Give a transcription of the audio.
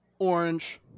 orange